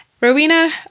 Rowena